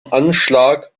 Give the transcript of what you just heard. anschlag